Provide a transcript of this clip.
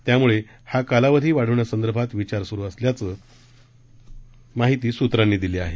त्याम्ळं हा कालावधी वाढविण्यासंदर्भात विचार सुरू असल्याची माहिती सूत्रांनी दिली आहे